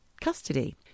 custody